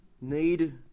need